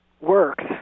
works